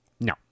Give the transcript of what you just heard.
No